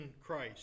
Christ